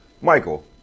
Michael